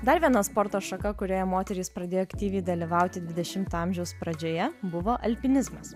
dar viena sporto šaka kurioje moterys pradėjo aktyviai dalyvauti dvidešimo amžiaus pradžioje buvo alpinizmas